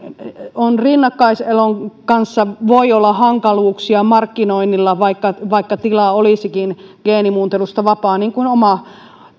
rinnakkaiselon kanssa voi olla hankaluuksia markkinoinnissa vaikka vaikka tila olisikin geenimuuntelusta vapaa niin kuin oma